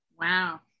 Wow